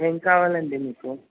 ఎం కావాలండి మీకు